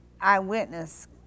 eyewitness